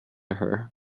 her